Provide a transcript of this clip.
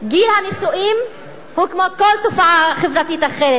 גיל הנישואים הוא כמו כל תופעה חברתית אחרת,